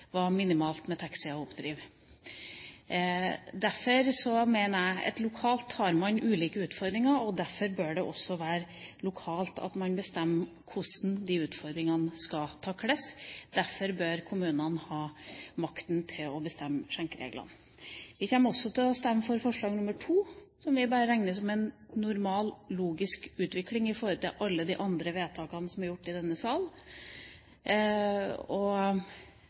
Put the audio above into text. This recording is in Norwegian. var minimalt med taxier å oppdrive. Derfor mener jeg at når man lokalt har ulike utfordringer, bør det også være lokalt man bestemmer hvordan utfordringene skal takles. Derfor bør kommunene ha makt til å bestemme skjenkereglene. Vi kommer også til å stemme for forslag nr. 2, som vi bare regner som en normal, logisk utvikling i forhold til alle de andre vedtakene som er gjort i denne sal. Jeg må si at når vi ser tilfanget av både skjenking og